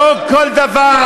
למה?